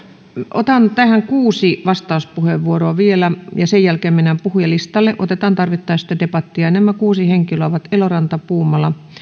otan tähän kuusi vastauspuheenvuoroa vielä ja sen jälkeen mennään puhujalistalle otetaan tarvittaessa sitten debattia nämä kuusi henkilöä ovat eloranta puumala